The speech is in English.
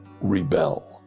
rebel